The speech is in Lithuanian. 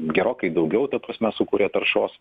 gerokai daugiau ta prasme sukuria taršos